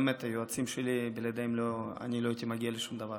היועצים שלי, בלעדיהם לא הייתי מגיע לשום דבר.